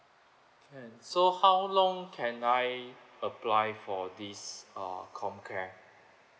can so how long can I apply for this uh comcare